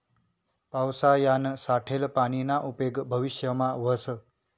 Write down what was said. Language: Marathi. पावसायानं साठेल पानीना उपेग भविष्यमा व्हस